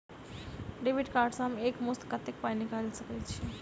Debit card सँ हम एक मुस्त कत्तेक पाई निकाल सकय छी?